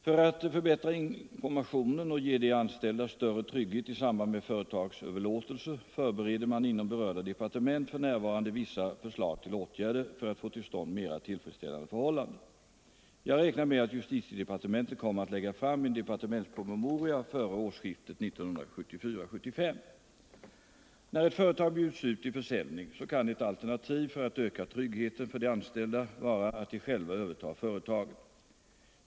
För att förbättra informationen och ge de anställda större trygghet i samband med företagsöverlåtelser förbereder man inom berörda departement för närvarande vissa förslag till åtgärder för att få till stånd mera tillfredsställande förhållanden. Jag räknar med att justitiedepartementet kommer att lägga fram en departementspromemoria före årsskiftet 1974-1975. När ett företag bjuds ut till försäljning kan ett alternativ för att öka tryggheten för de anställda vara att de själva övertar företaget.